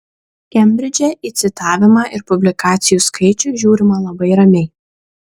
kembridže į citavimą ir publikacijų skaičių žiūrima labai ramiai